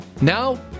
Now